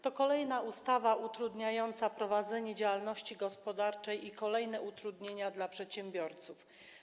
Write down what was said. To kolejna ustawa utrudniająca prowadzenie działalności gospodarczej i kolejne utrudnienia dla przedsiębiorców.